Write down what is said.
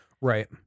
Right